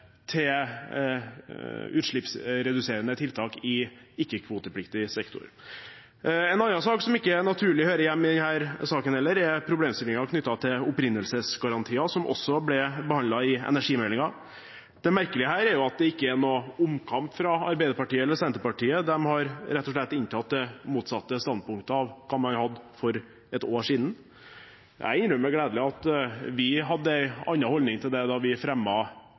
til utslippsreduserende tiltak i ikke-kvotepliktig sektor. En annen sak som heller ikke hører naturlig hjemme i denne saken, er problemstillingen knyttet til opprinnelsesgarantier, som også ble behandlet i energimeldingen. Det merkelige her er at det ikke er noen omkamp fra Arbeiderpartiet eller Senterpartiet. De har rett og slett inntatt det motsatte standpunktet av det de hadde for et år siden. Jeg innrømmer gladelig at vi hadde en annen holdning til det da vi